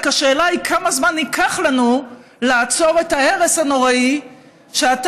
רק השאלה היא כמה זמן ייקח לנו לעצור את ההרס הנורא שאתה